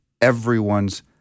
everyone's